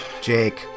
Jake